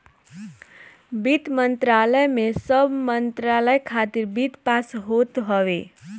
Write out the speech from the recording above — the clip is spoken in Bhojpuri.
वित्त मंत्रालय में सब मंत्रालय खातिर वित्त पास होत हवे